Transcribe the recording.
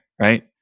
right